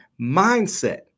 mindset